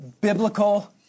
biblical